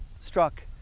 struck